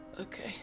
Okay